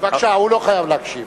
הוא לא חייב להקשיב.